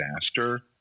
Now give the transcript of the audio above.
disaster